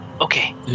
okay